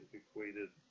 equated